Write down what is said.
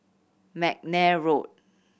McNair Road